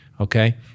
Okay